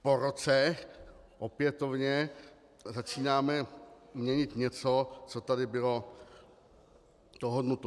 Po roce opětovně začínáme měnit něco, co tady bylo dohodnuto.